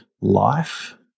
life